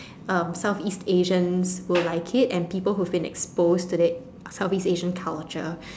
um Southeast Asians will like it and people who've been exposed to the Southeast Asian culture